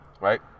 right